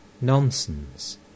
Nonsense